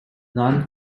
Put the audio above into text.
non